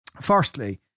firstly